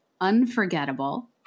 unforgettable